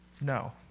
No